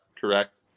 correct